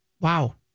Wow